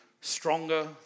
stronger